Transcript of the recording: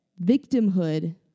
victimhood